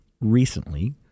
recently